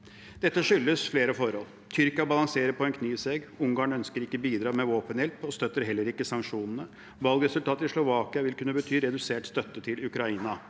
Dette skyldes flere forhold: Tyrkia balanserer på en knivsegg, Ungarn ønsker ikke å bidra med våpenhjelp og støtter heller ikke sanksjonene, og valgresultatet i Slovakia vil kunne bety redusert støtte til Ukraina.